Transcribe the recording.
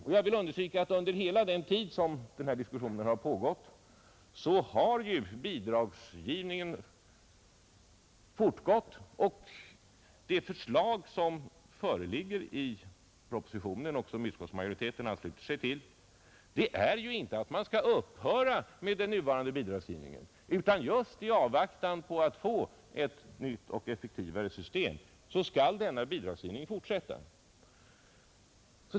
Och jag vill understryka att under hela den tid som denna diskussion har pågått så har ju bidragsgivningen fortsatt. Det förslag som föreligger i propositionen och som utskottsmajoriteten ansluter sig till innebär inte heller att man skall upphöra med den nuvarande bidragsgivningen, utan just i avvaktan på ett nytt och effektivare system skall den fortsätta.